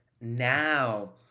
Now